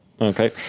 Okay